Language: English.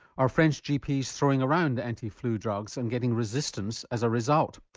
are french gps throwing around anti-flu drugs and getting resistance as a result?